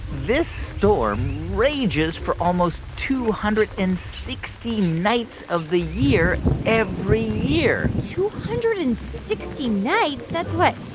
this storm rages for almost two hundred and sixty nights of the year every year two hundred and sixty nights that's what?